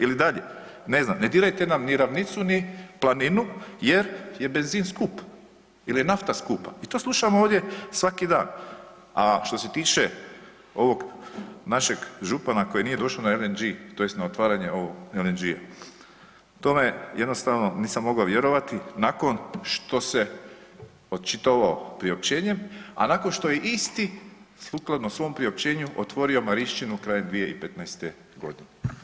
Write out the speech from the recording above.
Ili dalje, ne znam, ne dirajte nam ni ravnicu ni planinu jer je benzin skup, jer je nafta skupa i to slušamo ovdje svaki dan a što se tiče ovog našeg župana koji nije došao na LNG, tj. na otvaranje ovog LNG-a, tome jednostavno nisam mogao vjerovati nakon što se očitovao priopćenjem a nakon što je isti sukladno svom priopćenju otvorio Marišćinu krajem 2015. godine.